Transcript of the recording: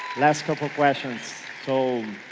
last couple of questions. so,